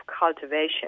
cultivation